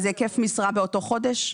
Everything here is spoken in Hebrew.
אז היקף משרה באותו חודש?